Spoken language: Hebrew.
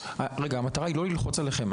המטרה היא לא ללחוץ עליכם,